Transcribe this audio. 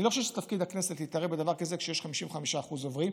אני לא חושב שזה תפקיד הכנסת להתערב בדבר כזה כשיש 55% עוברים.